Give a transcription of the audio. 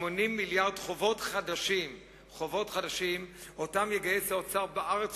80 מיליארד חובות חדשים שיגייס האוצר בארץ